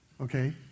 okay